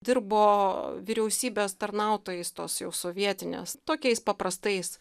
dirbo vyriausybės tarnautojai tos jau sovietinės tokiais paprastais